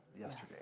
yesterday